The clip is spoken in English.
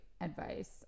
advice